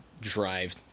drive